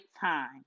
time